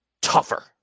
tougher